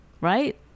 Right